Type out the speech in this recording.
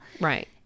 right